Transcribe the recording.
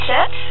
Set